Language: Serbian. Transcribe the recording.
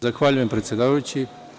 Zahvaljujem predsedavajući.